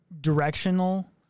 directional